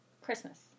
Christmas